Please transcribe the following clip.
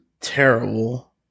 Terrible